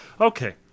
okay